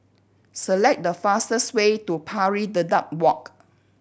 select the fastest way to Pari Dedap Walk